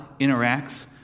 interacts